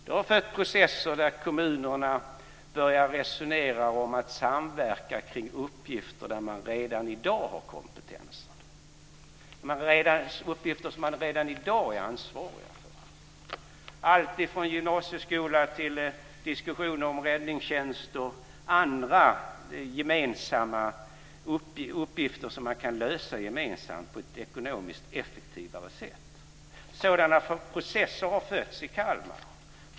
Det har fött processer där kommunerna börjar resonera om att samverka kring uppgifter där man redan i dag har kompetens. Det är uppgifter som man redan i dag är ansvarig för. Det är allt från gymnasieskola till räddningstjänst och andra uppgifter som man kan lösa gemensamt på ett ekonomiskt effektivare sätt. Sådana processer har fötts i Kalmar.